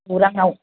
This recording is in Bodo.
गौरां आव